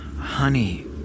Honey